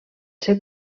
ser